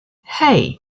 hey